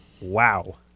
wow